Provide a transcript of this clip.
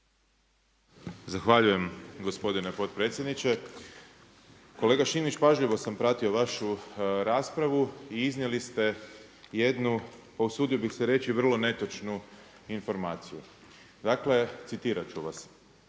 Zahvaljujem gospodine potpredsjedniče. Kolega Šimić, pažljivo sam pratio vašu raspravu i iznijeli ste jednu, pa usudio bih se reći vrlo netočnu informaciju. Dakle, citirat ću vas.